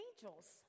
angels